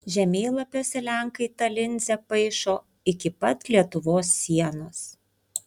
žemėlapiuose lenkai tą linzę paišo iki pat lietuvos sienos